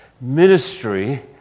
Ministry